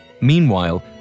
Meanwhile